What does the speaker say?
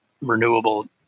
renewable